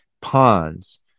ponds